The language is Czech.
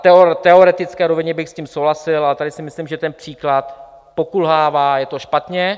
V teoretické rovině bych s tím souhlasil, ale tady si myslím, že ten příklad pokulhává, je to špatně.